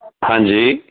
ਹਾਂਜੀ